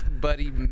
buddy